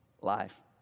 Life